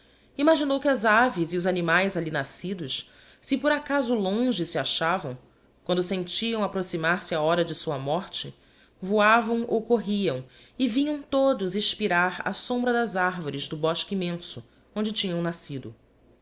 imaginou que as aves e os animaes ali nascidos se por acaso longe se achavam quando sentiam approximar-se a liora de sua morte voavam ou corriam e vinham todos expirará sombra das arvores do bosque immenso onde tinham nascido